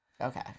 okay